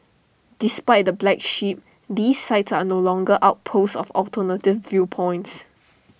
despite the black sheep these sites are no longer outposts of alternative viewpoints